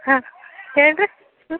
ಹಾಂ ಹೇಳ್ರಿ ಹ್ಞೂ